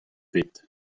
bet